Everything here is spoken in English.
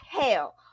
hell